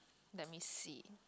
let me see